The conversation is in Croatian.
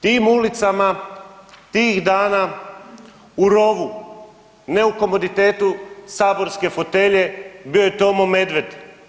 Tim ulicama tih dana u rovu, ne u komoditetu saborske fotelje bio je Tomo Medved.